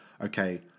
okay